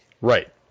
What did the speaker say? Right